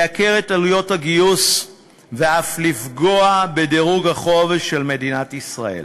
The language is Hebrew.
לייקר את עלויות הגיוס ואף לפגוע בדירוג החוב של מדינת ישראל.